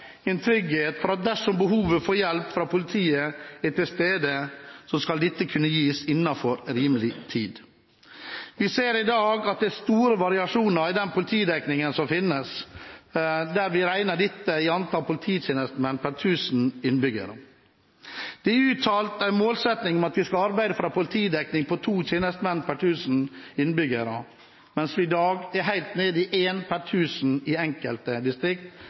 en trygghet for at dersom behovet for hjelp fra politiet er til stede, så skal dette kunne gis innenfor rimelig tid. Vi ser i dag at det er store variasjoner i den politidekningen som finnes, når vi regner dette i antall polititjenestemenn per 1 000 innbyggere. Det er en uttalt målsetting at vi skal arbeide for en politidekning på 2 tjenestemenn per 1 000 innbyggere, mens vi i dag er helt nede i 1 per 1 000 i enkelte